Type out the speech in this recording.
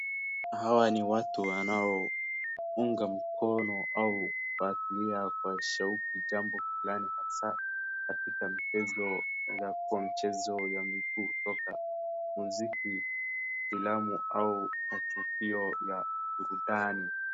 Hawa ni watu wanaounga mkono au kufuatilia kwa shauku jambo fulani hasa katika michezo yaeza kuwa mchezo ya miguu soka, mziki, filamu au matukio ya burundani.